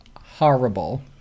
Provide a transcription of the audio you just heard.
horrible